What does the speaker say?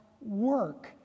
work